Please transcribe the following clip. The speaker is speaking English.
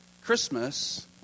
Christmas